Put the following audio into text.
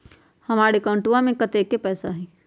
हमार अकाउंटवा में कतेइक पैसा हई?